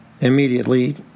Immediately